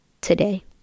today